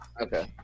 okay